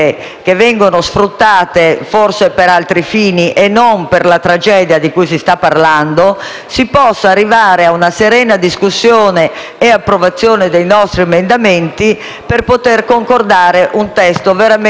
e approvazione dei nostri emendamenti per poter concordare un testo veramente utile, che sia qualcosa di importante per far sentire a quei bambini che lo Stato esiste. *(Applausi